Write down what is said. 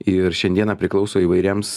ir šiandieną priklauso įvairiems